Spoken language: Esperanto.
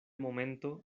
momento